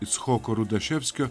icchoko rudaševskio